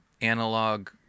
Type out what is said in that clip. analog